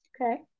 Okay